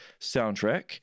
soundtrack